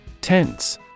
Tense